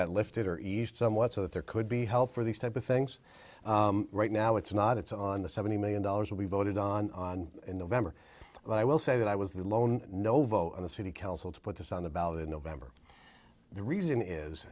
that lifted or eased somewhat so that there could be help for these type of things right now it's not it's on the seventy million dollars will be voted on on november but i will say that i was the lone no vote on the city council to put this on the ballot in november the reason is